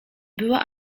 była